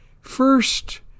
First